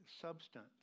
substance